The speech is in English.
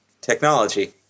technology